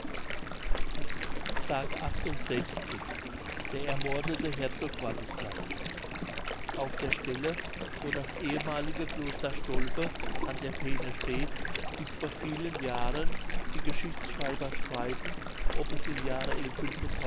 s der ermordete herzog wartislav auf der stelle wo das ehemalige kloster stolpe an der peene steht ist vor vielen jahren die geschichtschreiber streiten ob es im jahre